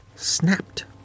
snapped